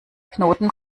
knoten